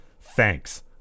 Thanks